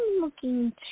looking